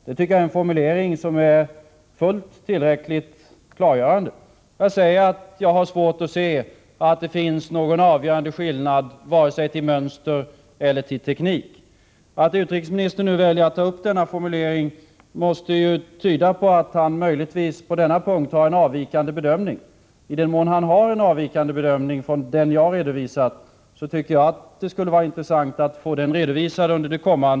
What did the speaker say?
Det tycker jag är en tillräckligt klargörande formulering. Att utrikesministern väljer att ta upp denna formulering måste tyda på att han på denna punkt möjligtvis har en avvikande bedömning. I den mån så är fallet skulle det vara intressant att under det kommande replikskiftet få en redovisning av i vilka avseenden utrikesministerns bedömning avviker från min.